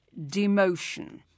demotion